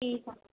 ठीकु आहे